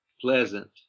pleasant